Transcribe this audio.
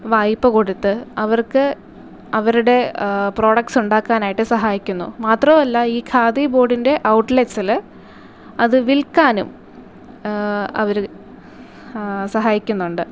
വായ്പ കൊടുത്ത് അവർക്ക് അവരുടെ പ്രോഡക്ട്സ് ഉണ്ടാക്കാനായിട്ട് സഹായിക്കുന്നു മാത്രവുമല്ല ഈ ഖാദി ബോർഡിൻ്റെ ഔട്ട്ലെറ്റ്സിൽ അത് വിൽക്കാനും അവർ സഹായിക്കുന്നുണ്ട്